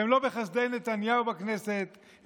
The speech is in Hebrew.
שהם לא בחסדי נתניהו בכנסת,